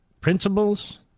principles